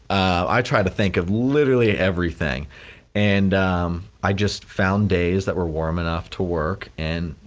i tried to think of literally everything and i just found days that were warm enough to work and